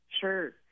Sure